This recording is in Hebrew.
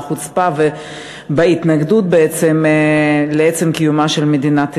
החוצפה ובעצם ההתנגדות לעצם קיומה של מדינת ישראל,